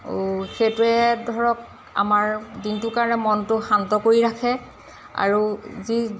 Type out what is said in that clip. সেইটোৱে ধৰক আমাৰ দিনটোৰ কাৰণে মনটো শান্ত কৰি ৰাখে আৰু যি